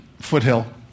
foothill